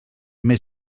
més